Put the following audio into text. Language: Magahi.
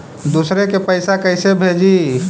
दुसरे के पैसा कैसे भेजी?